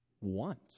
want